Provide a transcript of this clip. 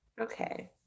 okay